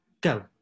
go